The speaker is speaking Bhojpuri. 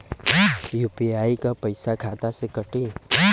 यू.पी.आई क पैसा खाता से कटी?